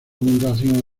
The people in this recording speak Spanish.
mutación